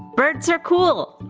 birds are cool!